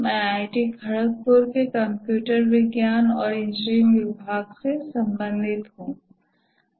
मैं आईआईटी खड़गपुर के कंप्यूटर विज्ञान और इंजीनियरिंग विभाग से संबंधित हूं